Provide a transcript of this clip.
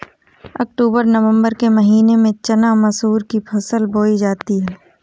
अक्टूबर नवम्बर के महीना में चना मसूर की फसल बोई जाती है?